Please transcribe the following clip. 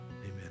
Amen